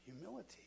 Humility